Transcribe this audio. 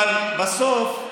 אבל בסוף,